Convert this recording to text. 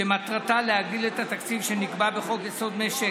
שמטרתה להגדיל את התקציב שנקבע בחוק-יסוד: משק